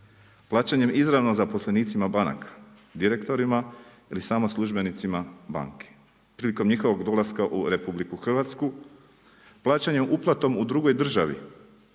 Plaćanjem izravno zaposlenicima banaka, direktorima ili samo službenicima banke prilikom njihovo dolaska u RH. Plaćanjem uplatom u drugoj državi